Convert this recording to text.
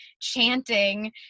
chanting